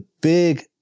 big